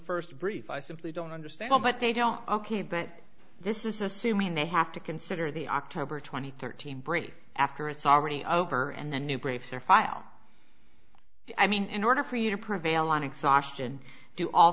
first brief i simply don't understand but they don't ok but this is assuming they have to consider the october twenty third team break after it's already over and the new graves are file i mean in order for you to prevail on exhaustion do all